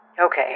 Okay